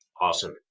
Awesome